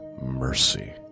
mercy